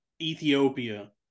Ethiopia